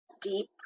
deep